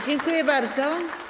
Dziękuję bardzo.